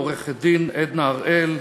עורכת-דין עדנה הראל,